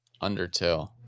Undertale